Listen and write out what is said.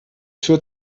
führt